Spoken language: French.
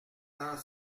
dans